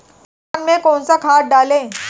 धान में कौन सा खाद डालें?